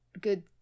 good